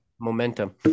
Momentum